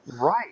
Right